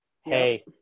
Hey